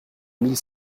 mille